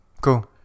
cool